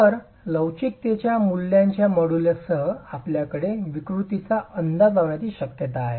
तर लवचिकतेच्या मूल्यांच्या मॉड्यूलससह आपल्याकडे विकृतींचा अंदाज लावण्याची शक्यता आहे